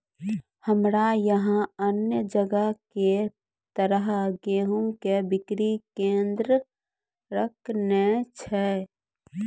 हमरा यहाँ अन्य जगह की तरह गेहूँ के बिक्री केन्द्रऽक नैय छैय?